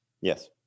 yes